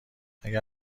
اگر